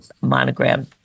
monogram